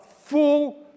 full